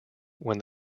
when